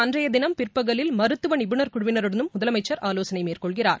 அன்றையதினம் பிற்பகலில் மருத்துவநிபுனர் குழுவினருடனும் முதலமைச்சர் ஆவோசனைமேற்கொள்கிறார்